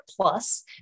plus